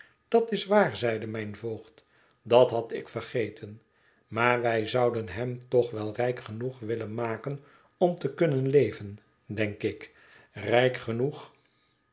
dat is waar zeide mijn voogd dat had ik vergeten maar wij zouden hem toch wel rijk genoeg willen maken om te kunnen leven denk ik rijk genoeg